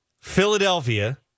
Philadelphia